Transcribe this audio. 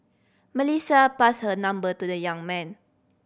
Melissa passed her number to the young man